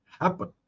happen